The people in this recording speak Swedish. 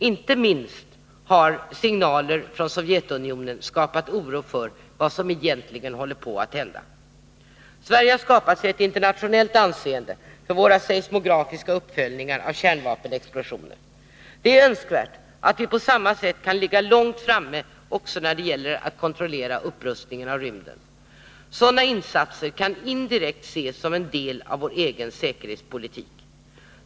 Inte minst har signaler från Sovjetunionen skapat oro för vad som egentligen håller på att hända. Vi i Sverige har skapat oss ett internationellt anseende för våra seismografiska uppföljningar av kärnvapenexplosioner. Det är önskvärt att vi på samma sätt kan ligga långt framme också när det gäller att kontrollera upprustningen av rymden. Sådana insatser kan indirekt ses som en del av vår egen säkerhetspolitik.